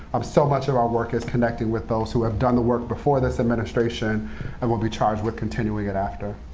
um so much of our work is connecting with those who have done the work before this administration and will be charged with continuing it after.